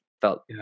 felt